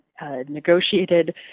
negotiated